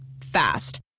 Fast